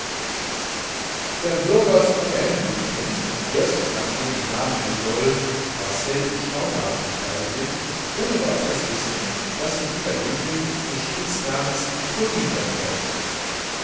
wer mürgers bohme buch kennt wird nachdem die namen rodolphe marcel und schaunard gefallen sind ohne weiteres wissen daß sich dieser jüngling des spitznamens colline erfreute